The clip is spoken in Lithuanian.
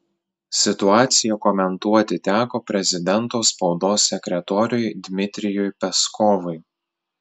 situaciją komentuoti teko prezidento spaudos sekretoriui dmitrijui peskovui